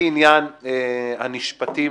שהיא הנשפטים